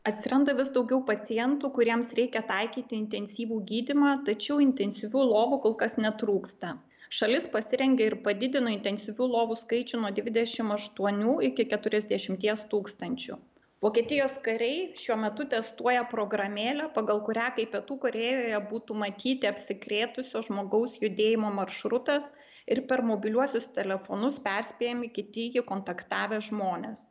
atsiranda vis daugiau pacientų kuriems reikia taikyti intensyvų gydymą tačiau intensyvių lovų kol kas netrūksta šalis pasirengė ir padidino intensyvių lovų skaičių nuo dvidešim aštuonių iki keturiasdešimties tūkstančių vokietijos kariai šiuo metu testuoja programėlę pagal kurią kaip pietų korėjoje būtų matyti apsikrėtusio žmogaus judėjimo maršrutas ir per mobiliuosius telefonus perspėjami kiti jį kontaktavę žmonės